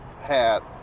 hat